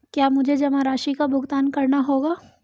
क्या मुझे जमा राशि का भुगतान करना होगा?